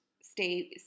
stay